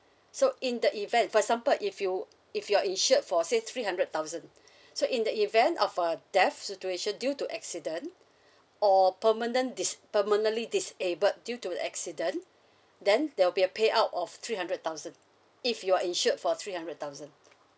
so in the event for example if you if you're insured for say three hundred thousand so in the event of a death situation due to accident or permanent dis~ permanently disabled due to an accident then there will be a payout of three hundred thousand if you're insured for three hundred thousand